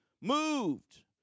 moved